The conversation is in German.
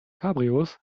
cabrios